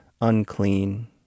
unclean